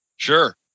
Sure